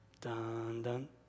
dun-dun